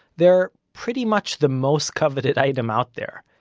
they are pretty much the most coveted item out there.